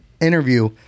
interview